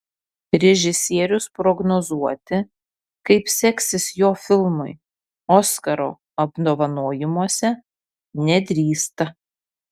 režisierius prognozuoti kaip seksis jo filmui oskaro apdovanojimuose nedrįsta